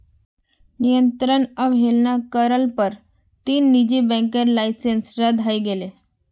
नियंत्रनेर अवहेलना कर ल पर तीन निजी बैंकेर लाइसेंस रद्द हई गेले